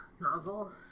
novel